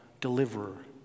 deliverer